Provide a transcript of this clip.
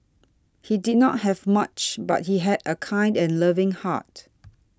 he did not have much but he had a kind and loving heart